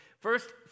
first